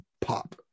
pop